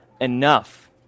enough